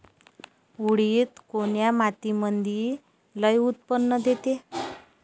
उडीद कोन्या मातीमंदी लई उत्पन्न देते?